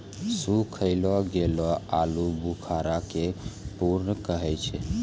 सुखैलो गेलो आलूबुखारा के प्रून कहै छै